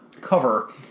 cover